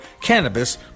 Cannabis